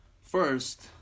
first